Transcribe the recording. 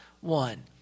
one